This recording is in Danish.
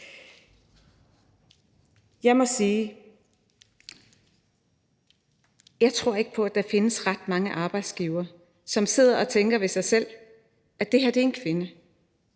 Jeg må sige, at jeg ikke tror på, at der findes ret mange arbejdsgivere, som sidder og tænker ved sig selv: Det her er en kvinde,